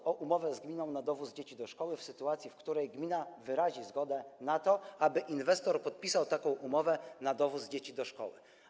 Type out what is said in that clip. Chodzi o umowę z gminą na dowóz dzieci do szkoły w sytuacji, w której gmina wyrazi zgodę na to, aby inwestor podpisał taką umowę na dowóz dzieci do szkoły.